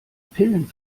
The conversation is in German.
pillen